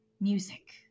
Music